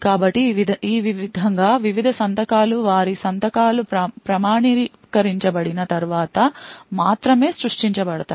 కాబట్టి ఈ విధంగా వివిధ సంతకాలు వారి సంతకాలు ప్రామాణీకరించబడిన తర్వాత మాత్రమే సృష్టించబడతాయి